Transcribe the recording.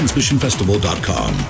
Transmissionfestival.com